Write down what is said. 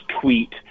tweet